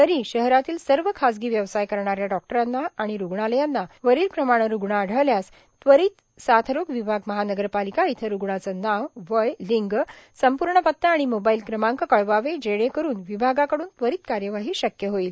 तरी शहरातील सर्व खाजगी व्यवसाय करणाऱ्या डॉक्टरांना आणि रूग्णालयांना वरील प्रमाणं रूग्ण आढळल्यास त्वरीत साथरोग विभाग महानगरपालिका इथं रूग्णाचं नाव वय लिंग संपूर्ण पत्ता आणि मोबाईल क्रमांक कळवावे जेणेकरून विभागाकडून त्वरीत कार्यवाही शक्य होईल